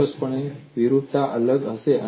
ચોક્કસપણે વિરૂપતા અલગ હશે